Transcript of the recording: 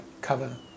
cover